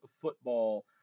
football